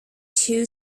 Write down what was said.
two